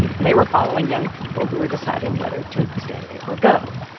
and they were following young people who were deciding whether to stay or go.